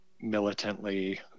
militantly